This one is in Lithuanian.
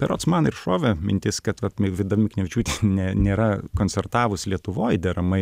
berods man ir šovė mintis kad va vida miknevičiūtė ne nėra koncertavus lietuvoj deramai